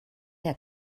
der